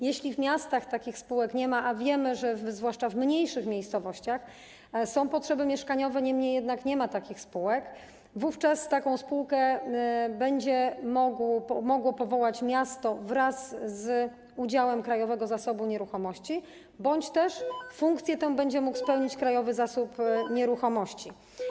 Jeśli w miastach takich spółek nie ma, a wiemy, że zwłaszcza w mniejszych miejscowościach są potrzeby mieszkaniowe, jednak nie ma takich spółek, wówczas taką spółkę będzie mogło powołać miasto, z udziałem Krajowego Zasobu Nieruchomości bądź też funkcję tę będzie mógł spełnić Krajowy Zasób Nieruchomości.